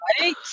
Right